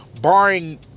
Barring